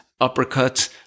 uppercuts